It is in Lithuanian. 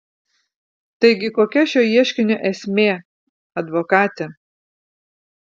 taigi kokia šio ieškinio esmė advokate